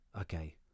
Okay